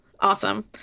Awesome